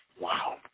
Wow